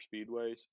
speedways